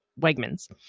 Wegmans